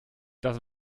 das